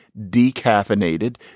decaffeinated